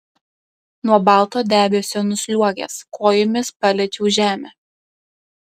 nuo balto debesio nusliuogęs kojomis paliečiau žemę